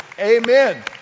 Amen